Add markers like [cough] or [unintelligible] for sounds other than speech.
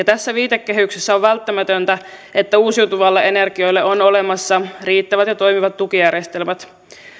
[unintelligible] tässä viitekehyksessä on välttämätöntä että uusiutuvalle energioille on olemassa riittävät ja toimivat tukijärjestelmät